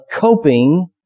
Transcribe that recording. coping